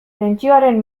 tentsioaren